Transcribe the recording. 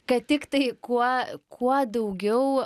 kad tiktai kuo kuo daugiau